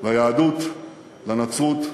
ליהדות, לנצרות ולאסלאם,